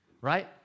right